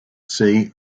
see